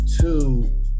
two